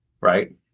Right